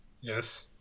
Yes